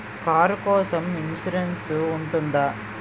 Car కోసం insurance ఉంటుందా?